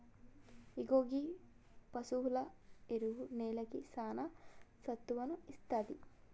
ఇగో గీ పసువుల ఎరువు నేలకి సానా సత్తువను ఇస్తాది